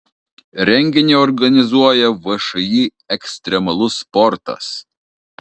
renginį organizuoja všį ekstremalus sportas